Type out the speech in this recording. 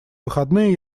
выходные